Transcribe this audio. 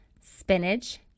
spinach